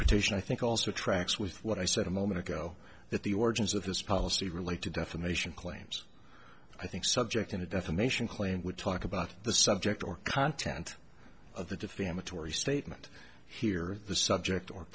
interpretation i think also tracks with what i said a moment ago that the origins of this policy relate to defamation claims i think subject in a defamation claim would talk about the subject or content of the defamatory statement here the subject or